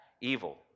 evil